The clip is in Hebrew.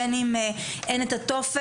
בין אם אין את הטופס,